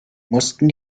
mussten